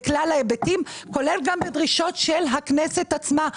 כולל גם בדרישות של הכנסת עצמה.